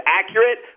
accurate